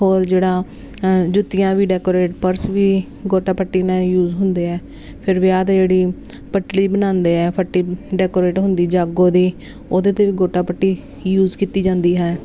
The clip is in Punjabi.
ਹੋਰ ਜਿਹੜਾ ਜੁੱਤੀਆਂ ਵੀ ਡੈਕੋਰੇਟ ਪਰਸ ਵੀ ਗੋਟਾ ਪੱਟੀ ਨਾਲ ਯੂਜ਼ ਹੁੰਦੇ ਆ ਫਿਰ ਵਿਆਹ 'ਤੇ ਜਿਹੜੀ ਪੱਟੜੀ ਬਣਾਉਂਦੇ ਆ ਪੱਟੀ ਡੈਕੋਰੇਟ ਹੁੰਦੀ ਜਾਗੋ ਦੀ ਉਹਦੇ 'ਤੇ ਵੀ ਗੋਟਾ ਪੱਟੀ ਯੂਜ਼ ਕੀਤੀ ਜਾਂਦੀ ਹੈ